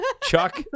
Chuck